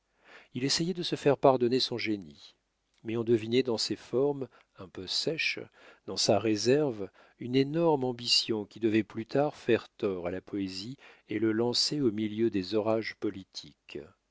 il essayait de se faire pardonner son génie mais on devinait dans ses formes un peu sèches dans sa réserve une immense ambition qui devait plus tard faire tort à la poésie et le lancer au milieu des orages politiques